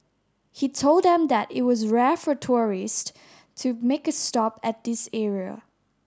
he told them that it was rare for tourists to make a stop at this area